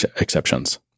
exceptions